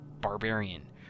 barbarian